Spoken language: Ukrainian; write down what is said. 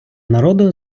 народу